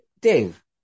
Dave